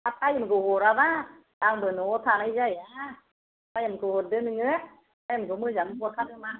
हा टाइम बो हराबा आंबो न'आव थानाय जाया टाइम खौ हरदो नोङो टाइम खौ मोजां हरखादो मा